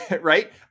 right